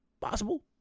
Possible